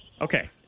Okay